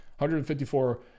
154